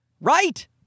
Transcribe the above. Right